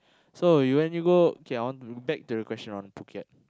so you when you go okay I want to go back to the question on Phuket